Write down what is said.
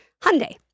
Hyundai